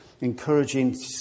encouraging